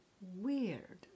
weird